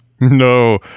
No